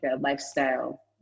lifestyle